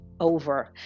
over